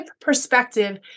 perspective